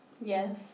Yes